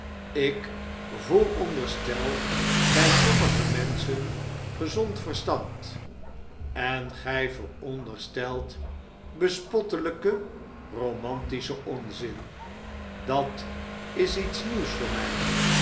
ik vooronderstel by sommige menschen gezond verstand en gy vooronderstelt bespottelyken romantischen onzin dat is iets nieuws voor my